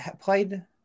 Played